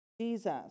Jesus